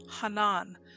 Hanan